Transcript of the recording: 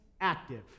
active